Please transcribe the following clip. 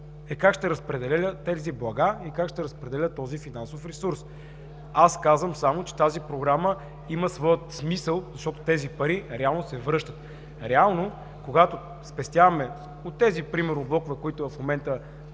е как ще разпределя тези блага и как ще разпределя този финансов ресурс. Аз казвам само, че тази Програма има своя смисъл, защото тези пари реално се връщат. Когато спестяваме, примерно от тези блокове, които в момента